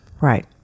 Right